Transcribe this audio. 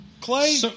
Clay